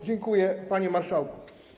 Dziękuję, panie marszałku.